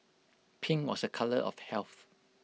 pink was A colour of health